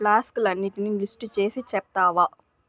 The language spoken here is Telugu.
ఫ్లాస్కులు అన్నిటినీ లిస్టు చేసి చెప్తావా